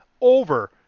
over